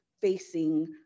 facing